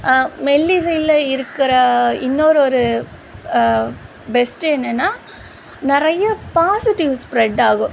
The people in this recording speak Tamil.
மெல்லிசையில இருக்கிற இன்னோரு ஒரு பெஸ்ட்டு என்னென்னா நிறையா பாசிட்டிவ் ஸ்ப்ரெட் ஆகும்